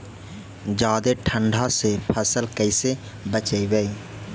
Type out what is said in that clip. जादे ठंडा से फसल कैसे बचइबै?